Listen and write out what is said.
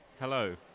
Hello